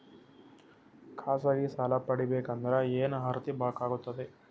ಖಾಸಗಿ ಸಾಲ ಪಡಿಬೇಕಂದರ ಏನ್ ಅರ್ಹತಿ ಬೇಕಾಗತದ?